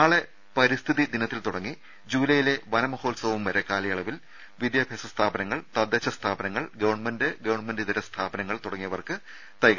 നാളെ പരിസ്ഥിതി ദിനത്തിൽ തുടങ്ങി ജൂലൈയിലെ വനമഹോത്സവം വരെ കാലയളവിൽ വിദ്യാഭ്യാസ സ്ഥാപനങ്ങൾ തദ്ദേശസ്ഥാപനങ്ങൾ ഗവണ്മെന്റ് ഗവൺമെന്റിതര സ്ഥാപനങ്ങൾ തുടങ്ങിയവർക്ക് തൈകൾ സൌജന്യമായി നൽകും